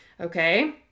Okay